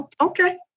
Okay